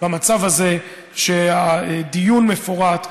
במצב הזה אני מציע שדיון מפורט,